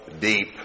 deep